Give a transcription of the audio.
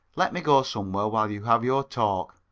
let me go somewhere while you have your talk